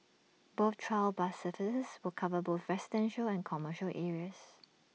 both trial bus services will cover both residential and commercial areas